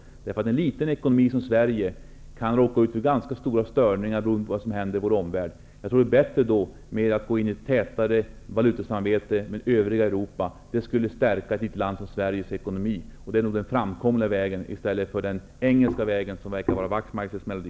En liten ekonomi som Sveriges kan råka ut för ganska stora störningar beroende på vad som händer i omvärlden. Det vore bättre att gå in i ett tätare valutasamarbete med övriga Europa, eftersom det skulle stärka Sveriges ekonomi. Det är nog den enda framkomliga vägen, i stället för den engelska väg som förefaller vara Ian Wachtmeisters melodi.